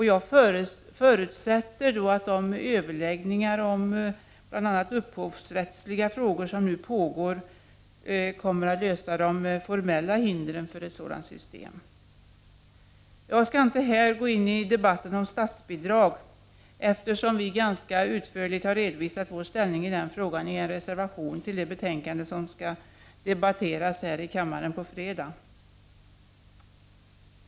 Jag förutsätter att de överläggningar om bl.a. upphovsrättsliga frågor som nu pågår kommer att lösa de formella hindren för ett sådant system. Jag skall inte här gå in i debatten om statsbidrag, eftersom vi ganska utförligt har redovisat vår inställning i den frågan i en reservation till det betänkande som skall debatteras här i kammaren på fredag.